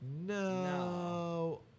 No